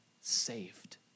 saved